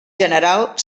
general